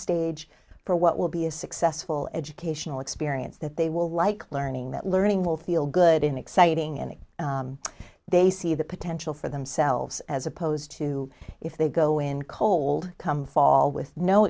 stage for what will be a successful educational experience that they will like learning that learning will feel good in exciting and if they see the potential for themselves as opposed to if they go in cold come fall with no